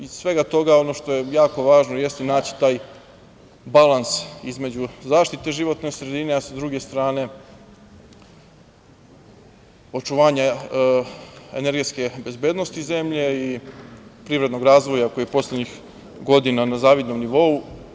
Iz svega toga, ono što je jako važno jeste naći taj balans između zaštite životne sredine, a sa druge strane, očuvanje energetske bezbednosti zemlje i privrednog razvoja koji je poslednjih godina na zavidnom nivou.